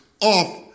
off